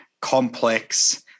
complex